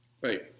Right